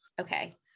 Okay